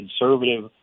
conservative